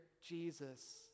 Jesus